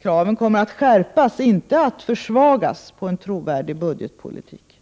Kraven kommer att skärpas — inte att försvagas — på en trovärdig budgetpolitik.